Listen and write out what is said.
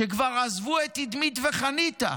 שכבר עזבו את אדמית וחניתה.